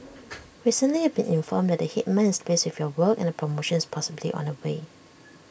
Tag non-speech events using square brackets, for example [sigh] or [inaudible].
[noise] recently you've been informed that the Headman is pleased with your work and A promotion is possibly on the way